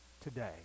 today